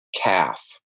calf